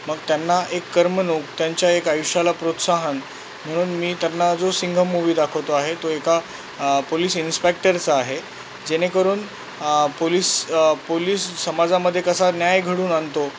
मग त्यांना एक करमणूक त्यांच्या एक आयुष्याला प्रोत्साहन म्हणून मी त्यांना जो सिंघम मूव्ही दाखवतो आहे तो एका पोलिस इन्स्पेक्टरचा आहे जेणेकरून पोलिस पोलीस समाजामध्ये कसा न्याय घडवून आणतो